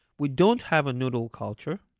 we don't have a noodle culture,